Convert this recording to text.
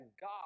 God